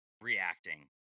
reacting